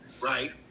right